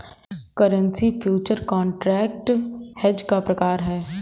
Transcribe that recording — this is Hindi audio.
करेंसी फ्युचर कॉन्ट्रैक्ट हेज का प्रकार है